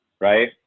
right